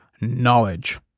knowledge